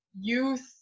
youth